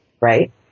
right